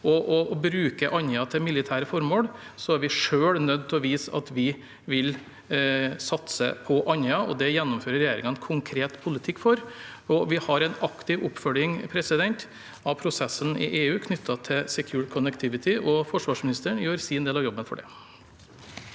USA å bruke Andøya til militære formål. Så er vi nødt til å vise at vi vil satse på Andøya. Det gjennomfører regjeringen en konkret politikk for. Vi har en aktiv oppfølging av prosessen i EU knyttet til Secure Connectivity, og forsvarsministeren gjør sin del av jobben for det.